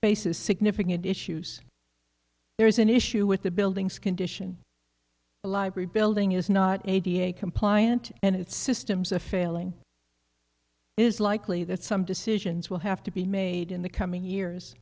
is significant issues there is an issue with the building's condition a library building is not compliant and its systems are failing is likely that some decisions will have to be made in the coming years